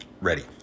ready